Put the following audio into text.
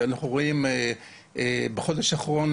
אנחנו רואים בחודש האחרון,